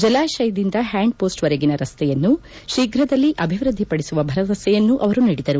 ಜಲಾಶಯದಿಂದ ಹ್ಯಾಂಡ್ಪೋಸ್ವರೆಗಿನ ರಸ್ತೆಯನ್ನು ಶೀಘದಲ್ಲಿ ಅಭಿವೃದ್ಧಿಪಡಿಸುವ ಭರವಸೆಯನ್ನು ಅವರು ನೀಡಿದರು